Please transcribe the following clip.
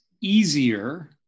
easier